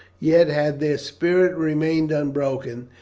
yet, had their spirit remained unbroken,